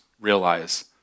realize